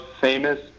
famous